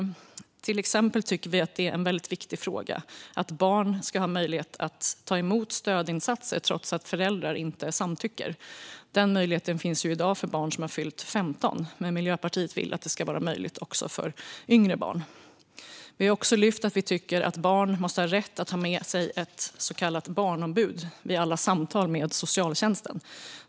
Till exempel tycker vi att det är viktigt att barn ska ha möjlighet att ta emot stödinsatser även om föräldrarna inte samtycker. Denna möjlighet finns i dag för barn som fyllt 15, men Miljöpartiet vill att detta ska vara möjligt även för yngre barn. Vi anser också att barn ska ha rätt att ha med sig ett så kallat barnombud i alla samtal med socialtjänst.